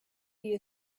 you